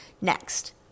Next